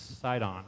Sidon